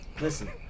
listen